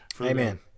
Amen